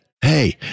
Hey